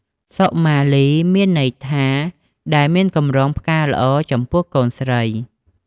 សុមាលី មានន័យថា ដែលមានកម្រងផ្កាល្អ ចំពោះកូនស្រី។